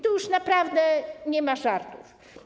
Tu już naprawdę nie ma żartów.